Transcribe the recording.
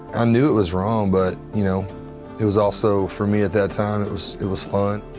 ah knew it was wrong, but you know it was also for me at that time, it was it was fun.